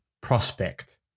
prospect